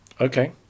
Okay